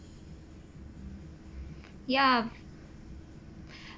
ya